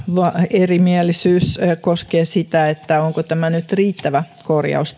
erimielisyys koskee sitä onko tämä hallituksen esitys nyt riittävä korjaus